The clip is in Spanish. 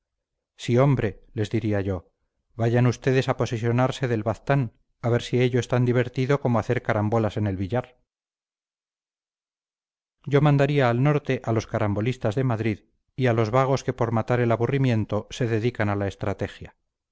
sí hombre les diría yo vayan ustedes a posesionarse del baztán a ver si ello es tan divertido como hacer carambolas en el billar yo mandaría al norte a los carambolistas de madrid y a los vagos que por matar el aburrimiento se dedican a la estrategia